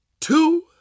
two